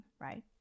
right